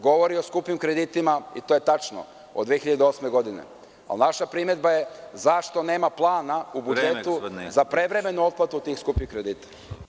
Govori o skupim kreditima, i to je tačno, od 2008. godine, ali naša primedba je zašto nema plana u budžetu za prevremenu otplatu tih skupih kredita?